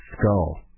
skull